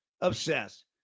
obsessed